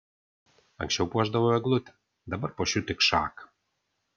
anksčiau puošdavau eglutę dabar puošiu tik šaką